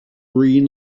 green